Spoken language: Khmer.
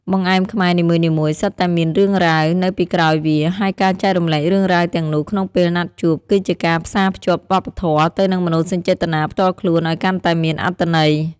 បង្អែមខ្មែរនីមួយៗសុទ្ធតែមាន «រឿងរ៉ាវ» នៅពីក្រោយវា ហើយការចែករំលែករឿងរ៉ាវទាំងនោះក្នុងពេលណាត់ជួប គឺជាការផ្សារភ្ជាប់វប្បធម៌ទៅនឹងមនោសញ្ចេតនាផ្ទាល់ខ្លួនឱ្យកាន់តែមានអត្ថន័យ។